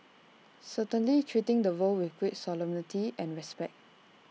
certainly treating the role with great solemnity and respect